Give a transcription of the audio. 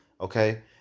okay